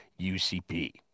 UCP